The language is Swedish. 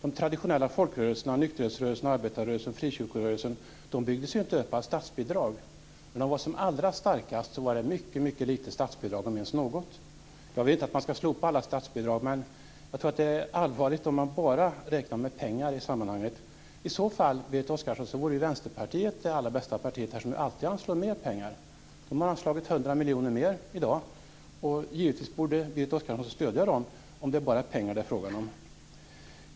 De traditionella folkrörelserna, nykterhetsrörelserna, arbetarrörelsen och frikyrkorörelsen byggdes ju inte upp av statsbidrag. När de var som allra starkast fick de ytterst litet statsbidrag, om ens något. Jag vill inte att man skall slopa alla statsbidrag, men jag tror att det vore allvarligt om man bara räknade i pengar i sammanhanget. I så fall, Berit Oscarsson, vore ju Vänsterpartiet det allra bästa partiet eftersom det alltid anslår mer pengar. Vänsterpartiet har anslagit 100 miljoner mer i dag. Givetvis borde Berit Oscarsson stödja dem om det bara är pengar som det är fråga om.